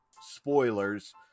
Spoilers